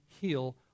heal